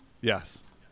yes